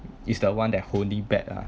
is the one that holy bad ah